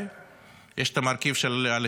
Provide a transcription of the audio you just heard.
יש את המרכיב של הסיוע האמריקאי,